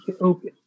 okay